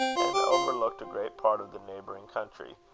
and overlooked a great part of the neighbouring country,